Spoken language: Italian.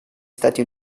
stati